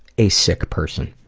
a sick person.